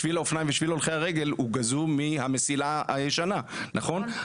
שביל האופניים ושביל הולכי הרגל הוא גזור מהמסילה הישנה נכון?